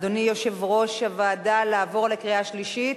אדוני יושב-ראש הוועדה, לעבור לקריאה שלישית?